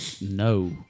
No